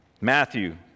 Matthew